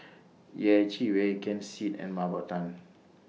Yeh Chi Wei Ken Seet and Mah Bow Tan